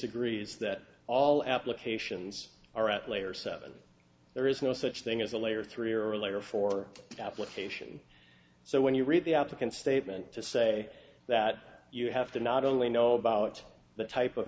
agrees that all applications are at layer seven there is no such thing as a layer three or a layer for application so when you read the applicant statement to say that you have to not only know about the type of